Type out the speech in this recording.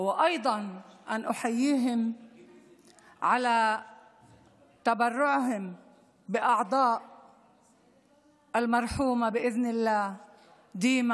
וכן להגיד להם כל הכבוד על שתרמו את האיברים של דינה,